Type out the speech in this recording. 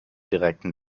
direkten